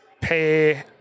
pay